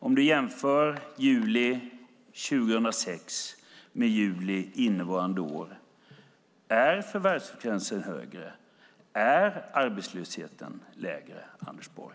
Om du jämför juli 2006 med juli innevarande år - är förvärvsfrekvensen högre, är arbetslösheten lägre, Anders Borg?